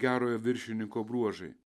gerojo viršininko bruožai